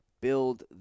build